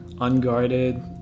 unguarded